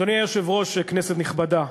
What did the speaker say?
אדוני היושב-ראש, כנסת נכבדה,